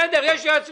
בסדר, יש יועץ משפטי.